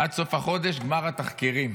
עד סוף החודש גמר התחקירים.